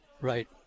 Right